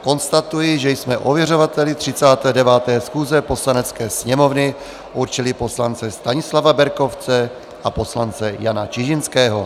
Konstatuji, že jsme ověřovateli 39. schůze Poslanecké sněmovny určili poslance Stanislava Berkovce a poslance Jana Čižinského.